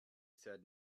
said